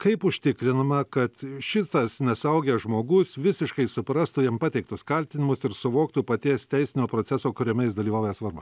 kaip užtikrinama kad šitas nesuaugęs žmogus visiškai suprastų jam pateiktus kaltinimus ir suvoktų paties teisinio proceso kuriame jis dalyvauja svarbą